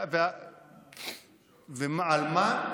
ועל מה?